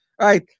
right